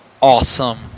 awesome